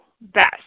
Best